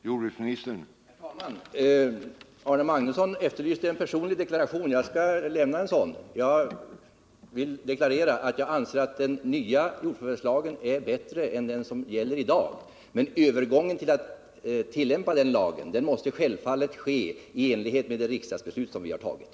Herr talman! Arne Magnusson efterlyste en personlig deklaration. Jag skall lämna en sådan. Jag vill deklarera att jag anser att den nya jordförvärvslagen är bättre än den som gäller i dag. Men övergången till den nya lagen och tillämpningen av den måste självfallet ske i enlighet med det riksdagsbeslut som vi har fattat.